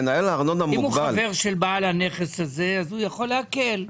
אם הוא חבר של בעל הנכס הזה הוא יכול להקל.